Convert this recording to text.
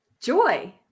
Joy